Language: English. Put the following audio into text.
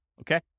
Okay